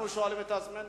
אנחנו שואלים את עצמנו: